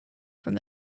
from